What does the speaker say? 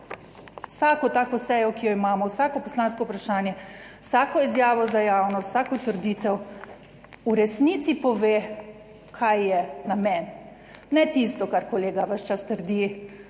vsako tako sejo, ki jo imamo, vsako poslansko vprašanje, vsako izjavo za javnost, vsako trditev, v resnici pove, kaj je namen, ne tisto, kar kolega ves čas trdi,